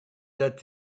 that